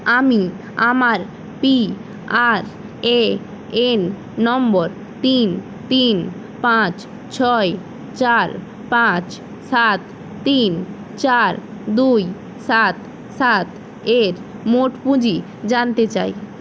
আমি আমার P R A N নম্বর তিন তিন পাঁচ ছয় চার পাঁচ সাত তিন চার দুই সাত সাত এর মোট পুঁজি জানতে চাই